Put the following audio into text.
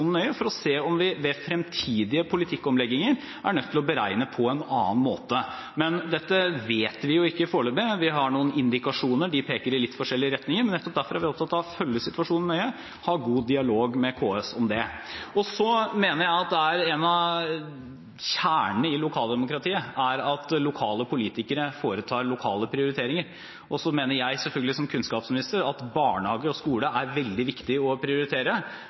En av grunnene til at vi nå kommer til å følge situasjonen nøye, er for å se om vi ved fremtidige politikkomlegginger er nødt til å beregne på en annen måte. Men dette vet vi jo ikke foreløpig. Vi har noen indikasjoner. De peker i litt forskjellige retninger, men nettopp derfor er vi opptatt av å følge situasjonen nøye, og av å ha god dialog med KS om det. Jeg mener at en av kjernene i lokaldemokratiet er at lokale politikere foretar lokale prioriteringer. Som kunnskapsminister mener jeg at barnehager og skole er veldig viktig å prioritere,